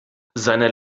seine